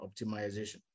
optimization